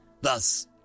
Thus